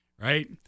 right